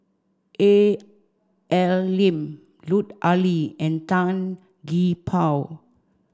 A L Lim Lut Ali and Tan Gee Paw